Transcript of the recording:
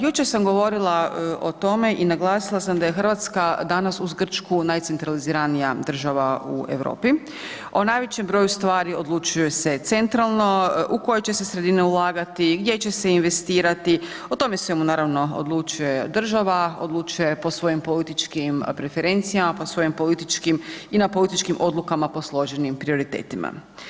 Jučer sam govorila o tome i naglasila sam da je RH danas uz Grčku najcentraliziranija država u Europi, o najvećem broju stvari odlučuje se centralno, u koje će se sredine ulagati, gdje će se investirati, o tome svemu naravno odlučuje država, odlučuje po svojim političkim preferencijama, po svojim političkim i na političkim odlukama posloženim prioritetima.